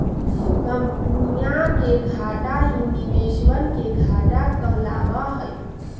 कम्पनीया के घाटा ही निवेशवन के घाटा कहलावा हई